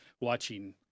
watching